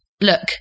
look